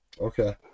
Okay